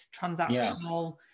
transactional